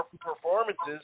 performances